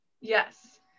yes